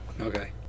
Okay